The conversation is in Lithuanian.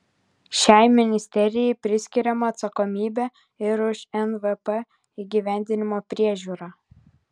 šiai ministerijai priskiriama atsakomybė ir už nvp įgyvendinimo priežiūrą